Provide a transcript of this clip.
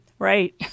Right